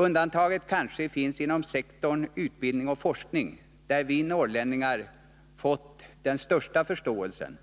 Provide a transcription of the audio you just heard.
Undantaget finns kanske inom sektorn utbildning och forskning, där vi norrlänningar fått den största förståelsen.